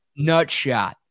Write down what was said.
Nutshot